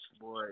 Boy